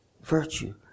virtue